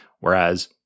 whereas